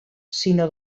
sinó